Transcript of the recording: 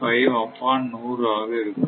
5 up on 100 ஆக இருக்கும்